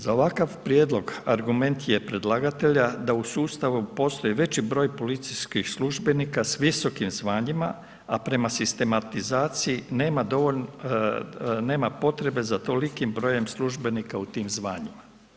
Za ovakav prijedlog argument je predlagatelja, da u sustavu postoji veći broj policijskih službenika s visokim zvanjima, a prema sistematizaciji nema potrebe za tolikim brojem službenika u tim zvanjima.